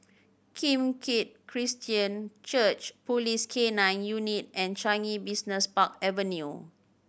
Kim Keat Christian Church Police K Nine Unit and Changi Business Park Avenue